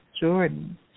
Jordan